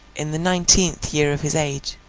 in the nineteenth year of his age.